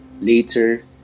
Later